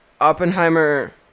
Oppenheimer